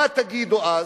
מה תגידו אז?